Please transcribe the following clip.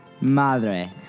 Madre